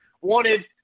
wanted